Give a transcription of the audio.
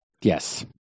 Yes